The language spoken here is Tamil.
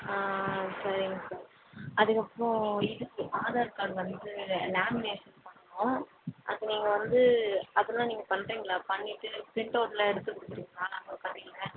ஆ ஆ சரிங்க சார் அதுக்கப்புறம் இதுக்கு ஆதார் கார்ட் வந்து லேமினேஷன் பண்ணணும் அது நீங்கள் வந்து அதெல்லாம் நீங்கள் பண்ணுறீங்களா பண்ணிவிட்டு ப்ரிண்ட்அவுட்டெலாம் எடுத்து கொடுக்குறீங்களா உங்கள் கடையில்